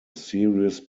serious